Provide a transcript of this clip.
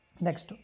next